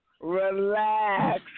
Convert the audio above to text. relax